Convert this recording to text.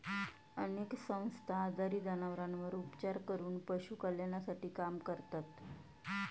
अनेक संस्था आजारी जनावरांवर उपचार करून पशु कल्याणासाठी काम करतात